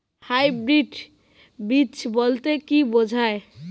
Hybrid বীজ বলতে কী বোঝায়?